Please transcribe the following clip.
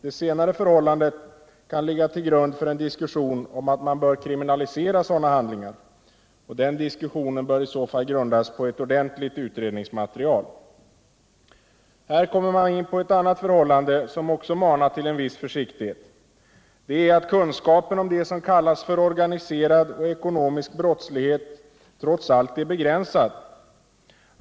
Det senare förhållandet kan ligga till grund för en diskussion om att man bör kriminalisera sådana handlingar. Den diskussionen bör i så fall grundas på ett ordentligt utredningsmaterial. Här kommer man in på ett annat förhållande, som också manar till en viss försiktighet. Det är att kunskapen om det som kallas för organiserad och ekonomisk brottslighet trots allt är begränsad.